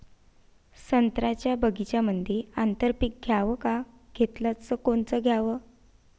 संत्र्याच्या बगीच्यामंदी आंतर पीक घ्याव का घेतलं च कोनचं घ्याव?